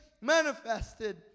Manifested